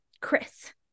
Chris